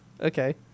Okay